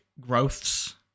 growths